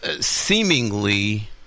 seemingly